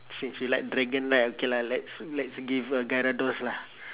since you like dragon right okay lah let's let's give a gyarados lah